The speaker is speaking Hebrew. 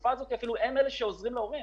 בתקופה הזאת הם אלה שעוזרים להורים.